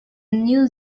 new